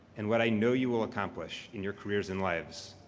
and what i know you will accomplish in your careers and lives.